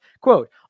Quote